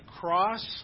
cross